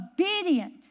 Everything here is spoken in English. obedient